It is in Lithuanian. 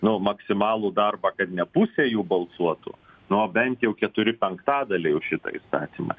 nu maksimalų darbą kad ne pusė jų balsuotų nu o bent jau keturi penktadaliai už šitą įstatymą